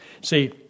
See